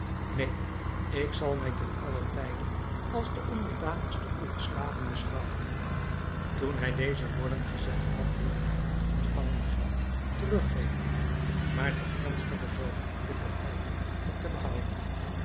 neen ik zal mij ten allen tijde als de onderdanigste uwer slaven beschouwen toen hij deze woorden gezegd had wilde hij het ontvangen geld teruggeven maar de ernstige zobeïde beval hem het te behouden